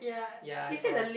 ya I saw